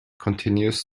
continues